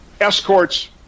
escorts